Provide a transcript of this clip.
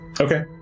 okay